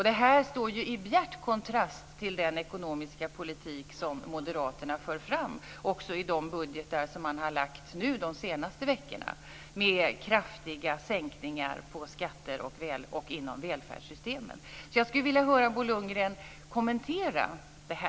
Detta står ju i bjärt kontrast till den ekonomiska politik som moderaterna för fram också i de budgetar som de har lagt fram under de senaste veckorna med kraftiga sänkningar av skatter och inom välfärdssystemen. Jag skulle därför vilja höra Bo Lundgren kommentera detta.